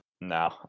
No